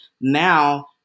now